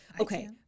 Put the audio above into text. okay